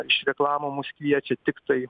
iš reklamų mus kviečia tiktai